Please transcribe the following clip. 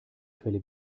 quelle